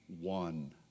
one